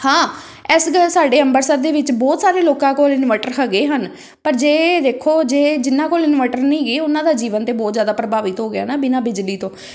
ਹਾਂ ਇਸ ਗੱਲ ਸਾਡੇ ਅੰਬਰਸਰ ਦੇ ਵਿੱਚ ਬਹੁਤ ਸਾਰੇ ਲੋਕਾਂ ਕੋਲ ਇਨਵਰਟਰ ਹੈਗੇ ਹਨ ਪਰ ਜੇ ਦੇਖੋ ਜੇ ਜਿਨ੍ਹਾਂ ਕੋਲ ਇਨਵਰਟਰ ਨਹੀਂ ਹੈਗੇ ਉਹਨਾਂ ਦਾ ਜੀਵਨ ਤਾਂ ਬਹੁਤ ਜ਼ਿਆਦਾ ਪ੍ਰਭਾਵਿਤ ਹੋ ਗਿਆ ਨਾ ਬਿਨਾਂ ਬਿਜਲੀ ਤੋਂ